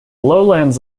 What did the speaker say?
lowlands